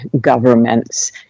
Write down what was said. governments